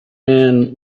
man